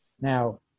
Now